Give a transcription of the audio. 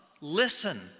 listen